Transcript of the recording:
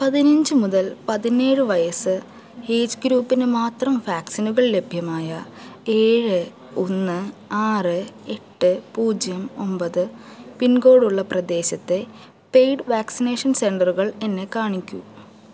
പതിനഞ്ച് മുതൽ പതിനേഴ് വയസ്സ് എയ്ജ് ഗ്രൂപ്പിന് മാത്രം വാക്സിനുകൾ ലഭ്യമായ ഏഴ് ഒന്ന് ആറ് എട്ട് പൂജ്യം ഒൻപത് പിൻകോഡുള്ള പ്രദേശത്തെ പെയ്ഡ് വാക്സിനേഷൻ സെൻറ്ററുകൾ എന്നെ കാണിക്കൂ